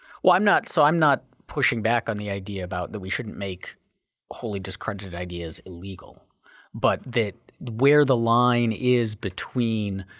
well i'm not so i'm not pushing back on the idea about that we shouldn't make wholly discredited ideas illegal but that where the line is between